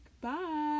bye